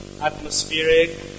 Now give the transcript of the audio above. Atmospheric